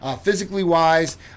physically-wise